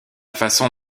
façon